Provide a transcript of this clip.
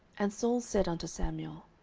and saul said unto samuel,